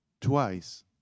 twice